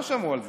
לא שמעו על זה.